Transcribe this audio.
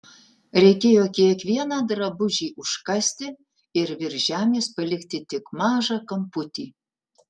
reikėjo kiekvieną drabužį užkasti ir virš žemės palikti tik mažą kamputį